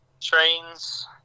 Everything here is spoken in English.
Trains